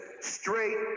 straight